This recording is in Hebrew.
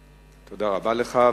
תודה רבה לך.